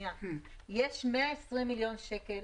יש 120 מיליון שקלים